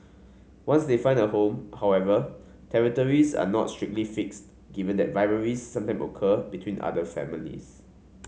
once they find a home however territories are not strictly fixed given that rivalries sometimes occur between otter families